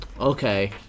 Okay